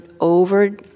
over